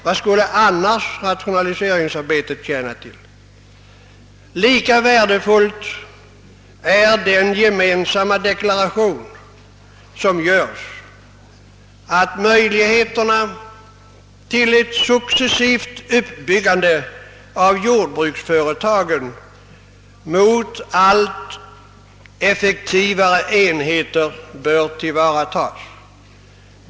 Vad skulle annars rationaliseringsarbetet tjäna till? Lika värdefull är den gemensamma deklarationen om att förutsättningarna för ett successivt utbyggande av jordbruksföretagen mot allt effektivare enheter bör tillvaratas.